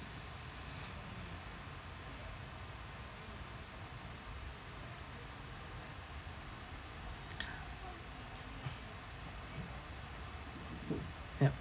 ya